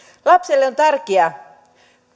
lapselle on tärkeää